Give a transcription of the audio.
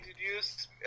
introduce